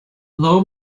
low